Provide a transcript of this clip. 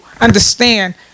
understand